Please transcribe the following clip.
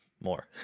more